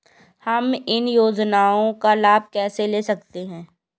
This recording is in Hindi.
हम इन योजनाओं का लाभ कैसे ले सकते हैं?